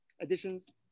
Additions